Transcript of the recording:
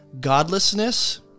Godlessness